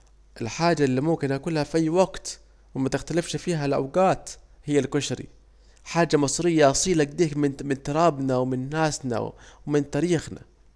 الحاجة الي ممكن اكولها في اي وقت ومتختلفش فيها الاوجات، هي الكشري، حاجة مصرية اصيلة اكده من ترابنا ومن ناسنا ومن تاريخنا